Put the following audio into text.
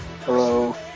Hello